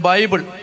Bible